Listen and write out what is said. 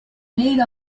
mail